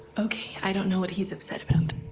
okay, i don't know what he's upset about and